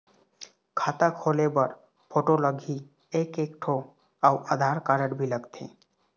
खाता खोले बर फोटो लगही एक एक ठो अउ आधार कारड भी लगथे?